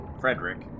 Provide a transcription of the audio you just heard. Frederick